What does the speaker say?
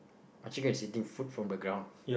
my chickens eating food from the ground